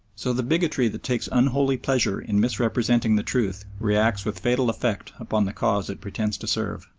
so the bigotry that takes unholy pleasure in misrepresenting the truth reacts with fatal effect upon the cause it pretends to serve.